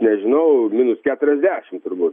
nežinau keturiasdešimt turbūt